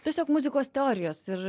tiesiog muzikos teorijos ir